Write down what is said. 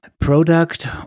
product